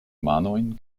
manojn